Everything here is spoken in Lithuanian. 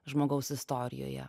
žmogaus istorijoje